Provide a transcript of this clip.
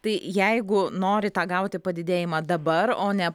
tai jeigu nori tą gauti padidėjimą dabar o ne